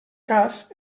cas